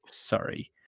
Sorry